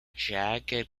jagged